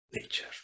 nature